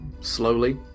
slowly